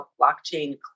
blockchain